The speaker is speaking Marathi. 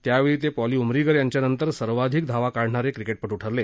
त्यावेळी ते पॉली उमरीगर यांच्यानंतर सर्वाधिक धावा करणारे क्रिकेटपट्र ठरले